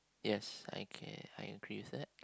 yes okay I agree with that